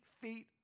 feet